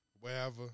wherever